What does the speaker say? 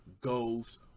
goes